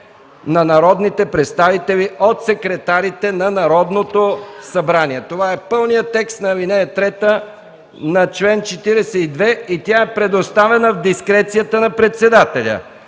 на народните представители от секретарите на Народното събрание.” Това е пълният текст на ал. 3 на чл. 42 и тя е предоставена в дискрецията на председателя.